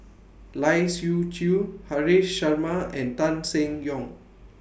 Lai Siu Chiu Haresh Sharma and Tan Seng Yong